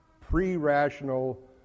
pre-rational